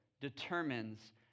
determines